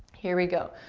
here we go,